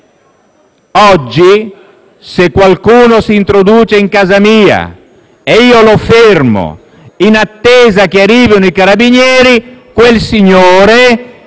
Quindi, se qualcuno oggi si introduce in casa mia e io lo fermo, in attesa che arrivino i carabinieri, questa